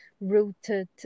rooted